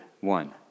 one